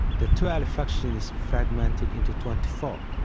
the twelve factions fragmented into twenty four.